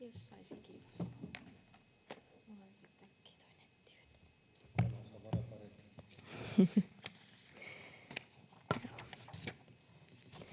kiitos